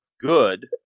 good